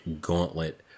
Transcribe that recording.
Gauntlet